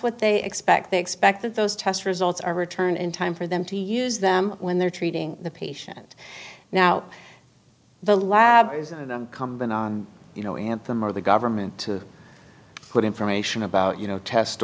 what they expect they expect that those test results are returned in time for them to use them when they're treating the patient now the lab come been on you know in the more the government to get information about you know test